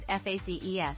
faces